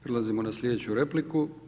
Prelazimo na slijedeću repliku.